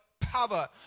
power